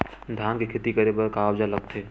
धान के खेती करे बर का औजार लगथे?